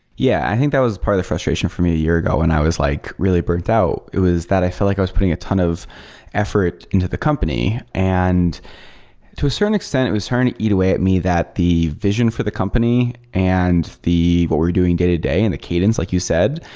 yeah, i think that was part of the frustration for me a year ago when and i was like really burnt out. it was that i felt like i was putting a ton of effort into the company. and to a certain extent it was starting to eat away at me that the vision for the company and what we're doing day-to-day and the cadence, like you said,